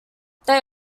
they